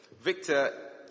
Victor